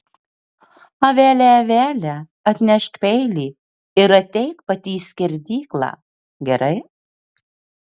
avele avele atnešk peilį ir ateik pati į skerdyklą gerai